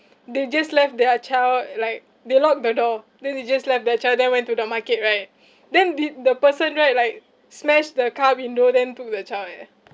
they just left their child like they lock the door then they just left their child then went to the market right then the the person right like smash the car window then took the child eh